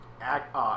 Act